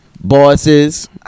Bosses